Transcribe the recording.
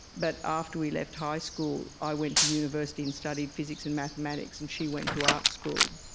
but after we left high school, i went to university and studied physics and mathematics, and she went to art school.